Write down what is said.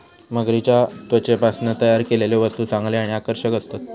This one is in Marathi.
मगरीच्या त्वचेपासना तयार केलेले वस्तु चांगले आणि आकर्षक असतत